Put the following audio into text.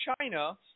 China